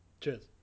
Cheers